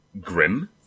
grim